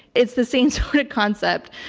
it's the same sort of concept.